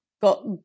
got